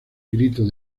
grito